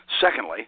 Secondly